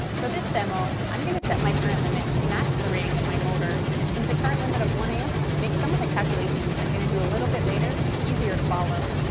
for this demo, i'm going to set my current limit to match the rating of my motor, since a current limit of one a um makes some of the calculations i'm going to do a little bit later easier to follow.